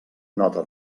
nota